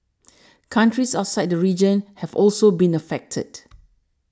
countries outside the region have also been affected